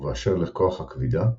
ובאשר לכוח הכבידה,